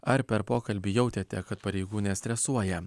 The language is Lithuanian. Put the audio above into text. ar per pokalbį jautėte kad pareigūnė stresuoja